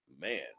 man